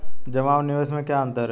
जमा और निवेश में क्या अंतर है?